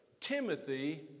Timothy